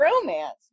romance